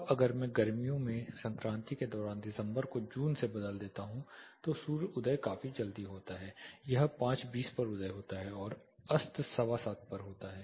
अब अगर मैं गर्मियों में संक्रांति के दौरान दिसंबर को जून से बदल देता हूं तो सूर्य उदय काफी जल्दी होता है यह 520 पर उदय होता है और अस्त 715 बजे है